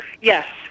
Yes